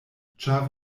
ĉar